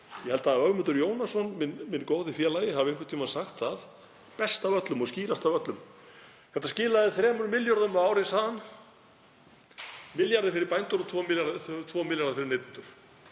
ég held að Ögmundur Jónasson, minn góði félagi, hafi einhvern tímann sagt það best af öllum og skýrast af öllum, að þetta skilaði 3 milljörðum á ári, milljarði fyrir bændur og 2 milljörðum fyrir neytendur.